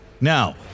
Now